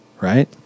right